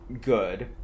good